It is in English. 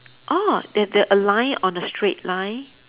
orh they they align on a straight line